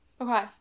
Okay